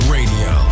Radio